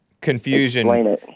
Confusion